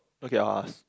okay I'll ask